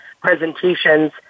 presentations